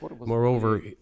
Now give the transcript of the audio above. Moreover